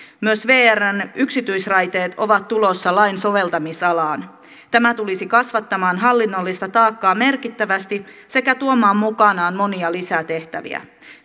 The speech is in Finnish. myös vrn yksityisraiteet ovat tulossa lain soveltamisalaan tämä tulisi kasvattamaan hallinnollista taakkaa merkittävästi sekä tuomaan mukanaan monia lisätehtäviä